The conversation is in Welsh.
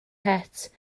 het